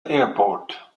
airport